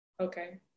Okay